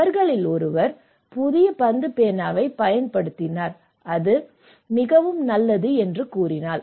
அவர்களில் ஒருவர் புதிய பந்து பேனாவைப் பயன்படுத்தினார் அது மிகவும் நல்லது என்று கூறினார்